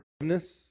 forgiveness